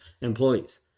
employees